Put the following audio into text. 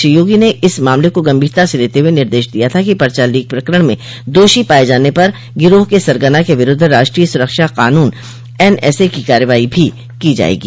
श्री योगी ने इस मामले को गंभीरता से लेते हुए निर्देश दिया था कि पर्चा लीक प्रकरण में दोषी पाये जाने पर गिरोह के सरगना के विरूद्ध राष्ट्रीय सुरक्षा कानून एनएसए की कार्रवाई भी की जायेगी